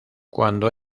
cuando